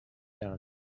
down